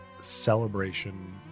celebration